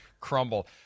crumble